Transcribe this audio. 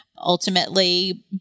ultimately